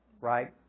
right